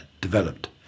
developed